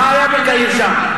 מה היה בקהיר, שם?